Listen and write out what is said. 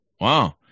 Wow